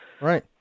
right